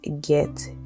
get